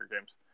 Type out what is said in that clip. games